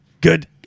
Good